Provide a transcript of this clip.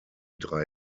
drei